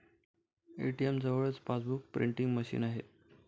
ATM जवळच passbook printing machine आहे